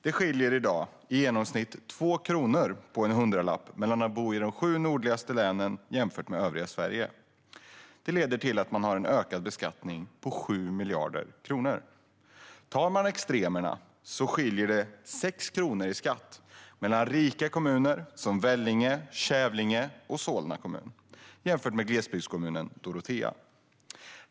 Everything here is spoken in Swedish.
Det skiljer i dag i genomsnitt 2 kronor i skatt per hundralapp mellan de sju nordligaste länen och övriga Sverige. Det leder till att man har en ökad beskattning på totalt 7 miljarder. Tar man extremerna skiljer det 6 kronor i skatt mellan rika kommuner som Vellinge, Kävlinge och Solna kommun jämfört med glesbygdskommunen Dorotea.